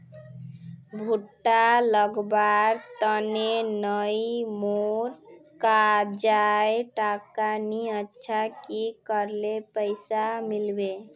भुट्टा लगवार तने नई मोर काजाए टका नि अच्छा की करले पैसा मिलबे?